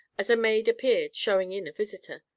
as a maid appeared, showing in a visitor.